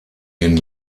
den